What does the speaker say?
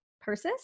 persis